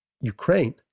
Ukraine